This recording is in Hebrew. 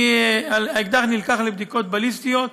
האקדח נלקח לבדיקות בליסטיות.